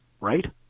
right